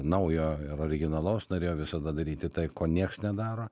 naujo ir originalaus norėjau visada daryti tai ko nieks nedaro